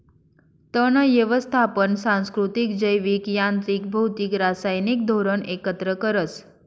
तण यवस्थापन सांस्कृतिक, जैविक, यांत्रिक, भौतिक, रासायनिक धोरण एकत्र करस